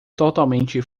totalmente